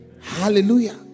hallelujah